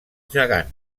gegant